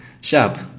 sharp